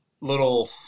little